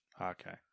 Okay